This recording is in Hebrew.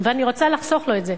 ואני רוצה לחסוך לו את זה.